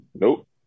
Nope